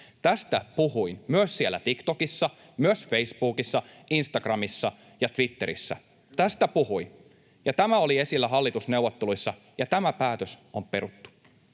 Tästä puhuin myös siellä TikTokissa, myös Facebookissa, Instagramissa ja Twitterissä. Tästä puhuin, ja tämä oli esillä hallitusneuvotteluissa, ja tämä päätös on peruttu